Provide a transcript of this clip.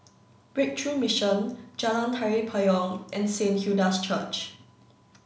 Breakthrough Mission Jalan Tari Payong and Saint Hilda's Church